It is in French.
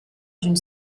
d’une